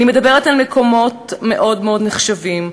אני מדברת על מקומות מאוד מאוד נחשבים,